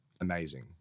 amazing